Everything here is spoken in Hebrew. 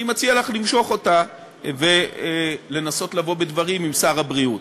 אני מציע לך למשוך אותה ולנסות לבוא בדברים עם שר הבריאות.